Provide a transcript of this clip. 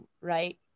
right